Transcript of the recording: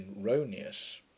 erroneous